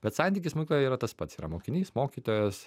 bet santykis mokykloje yra tas pats yra mokinys mokytojas